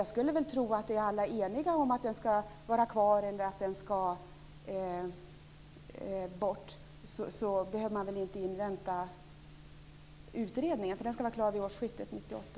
Jag skulle tro att om alla är eniga om att lagen skall vara kvar eller skall bort behöver man väl inte invänta utredningen, för den skall vara klar vid årsskiftet 1998/99.